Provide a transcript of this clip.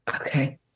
Okay